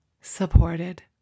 supported